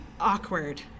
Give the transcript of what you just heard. awkward